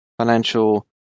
financial